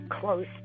close